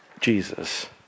Jesus